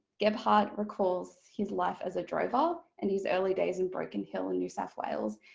gebhardt recalls his life as a drover and his early days in broken hill in new south wales.